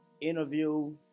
interview